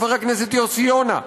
חבר הכנסת יוסי יונה,